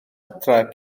adre